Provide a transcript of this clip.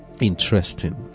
interesting